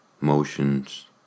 motions